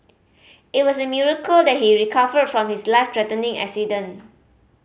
it was a miracle that he recovered from his life threatening accident